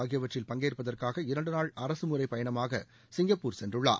ஆகியவற்றில் பங்கேற்பதற்காக இரண்டு நாள் அரசுமுறைப் பயணமாக சிங்கப்பூர் சென்றுள்ளார்